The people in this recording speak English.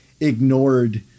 ignored